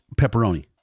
pepperoni